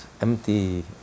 empty